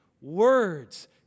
Words